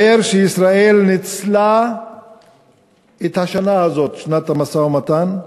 יתברר שישראל ניצלה את השנה הזאת, שנת המשא-ומתן,